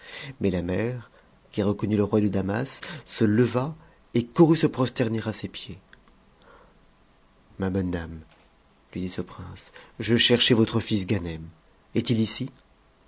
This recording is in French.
mais la mère qui reconnut le roi de damas se levà et courut se prosterner à ses pieds ma bonne dame lui dit ce prince je cherchais votre fils ganem est-il ici